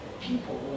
people